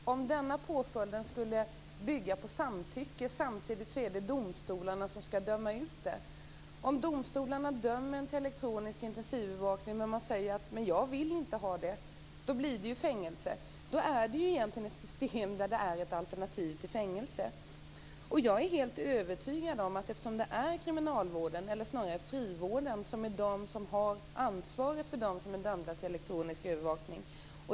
Fru talman! Nu förstår jag egentligen ännu mindre. Denna påföljd skulle bygga på samtycke, och samtidigt skulle domstolarna döma till det straffet. Om domstolarna dömer till elektronisk intensivövervakning och man säger: Jag vill inte ha det, blir det ju fängelse. Då är det egentligen ett system där elektronisk övervakning är ett alternativ till fängelse. Det är kriminalvården, eller snarare frivården, som har ansvar för dem som är dömda till elektronisk övervakning.